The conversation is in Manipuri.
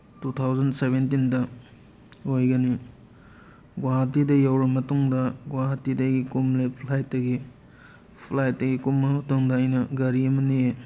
ꯇꯨ ꯊꯥꯎꯖꯟ ꯁꯦꯕꯦꯟꯇꯤꯟꯗ ꯑꯣꯏꯒꯅꯤ ꯒꯨꯍꯥꯇꯤꯗ ꯌꯧꯔꯕ ꯃꯇꯨꯡꯗ ꯒꯨꯍꯥꯇꯤꯗꯒꯤ ꯀꯨꯝꯂꯦ ꯐ꯭ꯂꯥꯏꯠꯇꯒꯤ ꯐ꯭ꯂꯥꯏꯠꯇꯒꯤ ꯀꯨꯝꯕ ꯃꯇꯝꯗ ꯑꯩꯅ ꯒꯥꯔꯤ ꯑꯃ ꯅꯦꯛꯑꯦ